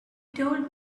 told